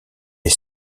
les